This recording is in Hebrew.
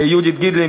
יהודית גידלי,